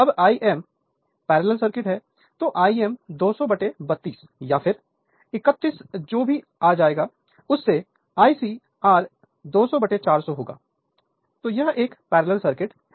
अब Im parallel circuit है तो Im 20032 या फिर 31 जो भी आ जाएगा उससे Ic R200400 होगा तो यह एक पैरेलल सर्किट है